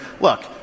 Look